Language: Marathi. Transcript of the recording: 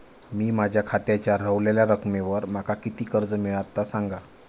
मी माझ्या खात्याच्या ऱ्हवलेल्या रकमेवर माका किती कर्ज मिळात ता सांगा?